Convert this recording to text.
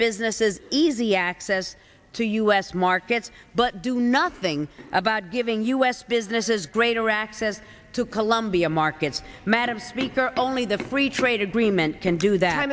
businesses easy access to u s markets but do nothing about giving u s businesses greater access to colombia markets madam speaker only the free trade agreement can do that